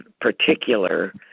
particular